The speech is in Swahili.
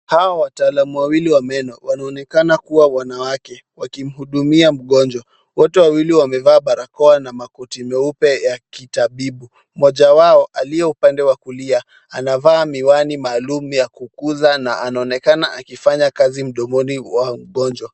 Hawa wataalamu wawili wa meno wanaonekana kuwa wanawake, wakimhudumia mgonjwa, wote wawili wamevaa barakoa na makoti meupe ya kitabibu. Mmoja wao aliye upande wa kulia anavaa miwani maalum ya kuuguza na anaonekana akifanya kazi mdomoni mwa mgonjwa.